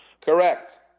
Correct